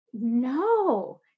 no